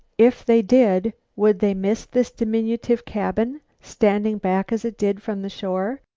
if they did, would they miss this diminutive cabin standing back as it did from the shore,